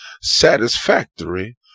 satisfactory